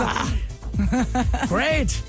Great